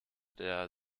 der